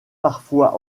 parfois